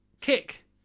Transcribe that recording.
kick